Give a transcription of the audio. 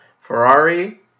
Ferrari